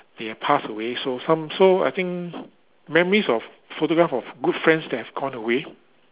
they have passed away so some so I think memories of photograph of good friends that have gone away